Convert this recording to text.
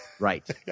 Right